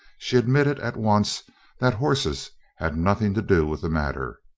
she admitted at once that horses had nothing to do with the matter.